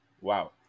Wow